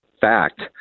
fact